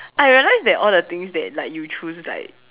I realized all the things that like you choose like